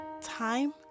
time